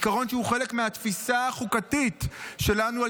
עיקרון שהוא חלק מהתפיסה החוקתית שלנו על